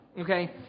okay